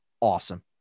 awesome